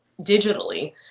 digitally